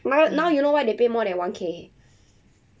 now now you know why they pay more than one K